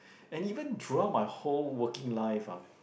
and even throughout my whole working life ah